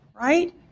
right